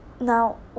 now